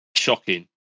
Shocking